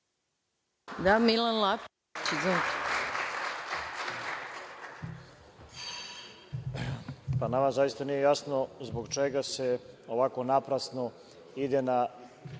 **Milan Lapčević** Nama zaista nije jasno zbog čega se ovako naprasno ide na